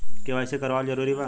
KYC करवावल जरूरी बा?